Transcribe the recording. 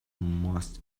most